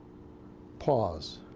pause,